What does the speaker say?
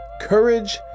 Courage